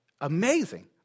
amazing